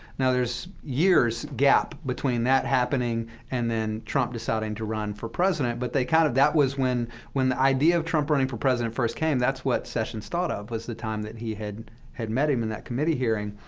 now, there's years' gap between that happening and then trump deciding to run for president, but they kind of that was when when the idea of trump running for president first came that's what sessions thought of, was the time that he had had met him in that committee hearing.